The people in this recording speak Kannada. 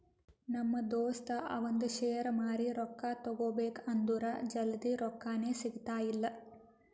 ನಮ್ ದೋಸ್ತ ಅವಂದ್ ಶೇರ್ ಮಾರಿ ರೊಕ್ಕಾ ತಗೋಬೇಕ್ ಅಂದುರ್ ಜಲ್ದಿ ರೊಕ್ಕಾನೇ ಸಿಗ್ತಾಯಿಲ್ಲ